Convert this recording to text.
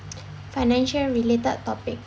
financial related topic